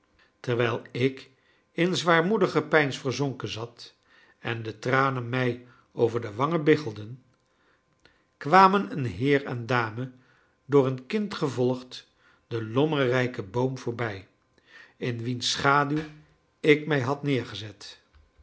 terwijl ik in zwaarmoedig gepeins verzonken zat en de tranen mij over de wangen biggelden kwamen een heer en dame door een kind gevolgd den lommerrijken boom voorbij in wiens schaduw ik mij had neergezet